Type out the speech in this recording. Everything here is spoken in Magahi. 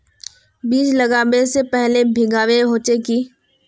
बीज लागबे से पहले भींगावे होचे की?